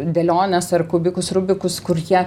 dėliones ar kubikus rubikus kur jie